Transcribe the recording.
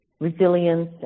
resilience